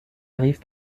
arrive